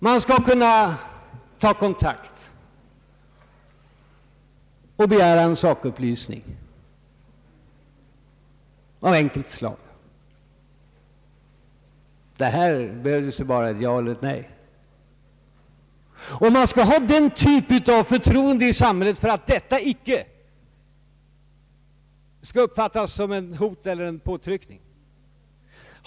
Man skall kunna ta kontakt och begära en sakupplysning av enkelt slag, där det som svar endast behövs ett ja eller ett nej. Man skall ha den typen av förtroende i samhället, utan att detta uppfattas som ett hot eller en påtryckning.